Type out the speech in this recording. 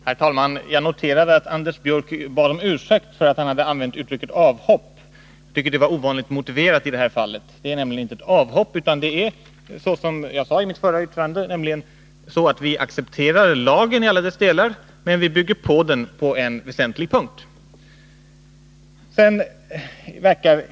Herr talman! Jag noterade att Anders Björck bad om ursäkt för att han hade använt uttrycket avhopp. Jag tycker det var ovanligt motiverat i detta fall. Det är nämligen inte ett avhopp, utan det är så som jag sade i mitt förra yttrande: vi accepterar lagen i alla dess delar, men vi bygger på den på en väsentlig punkt.